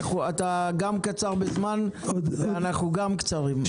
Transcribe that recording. אתה גם קצר בזמן, ואנחנו גם קצרים.